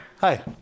Hi